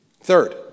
Third